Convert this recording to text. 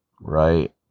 right